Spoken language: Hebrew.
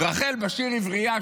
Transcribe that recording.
בשיר "עברייה",